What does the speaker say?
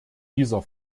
dieser